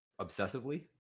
obsessively